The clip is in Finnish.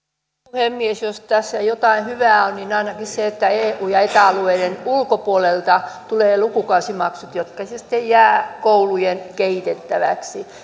puhemies jos tässä jotain hyvää on niin ainakin se että eu ja eta alueiden ulkopuolelta tuleville tulee lukukausimaksut jotka sitten jäävät koulujen kehitettäväksi ja